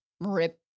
rip